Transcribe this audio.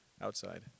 Outside